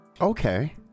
Okay